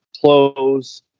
close